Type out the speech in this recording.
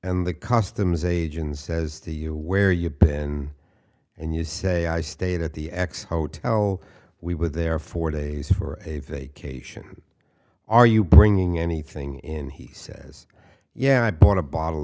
and the customs agent says to you where you been and you say i stayed at the x hotel we were there for days for a vacation are you bringing anything in he says yeah i bought a bottle